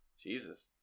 jesus